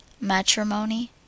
matrimony